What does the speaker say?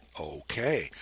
Okay